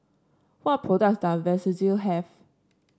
what products does Vagisil have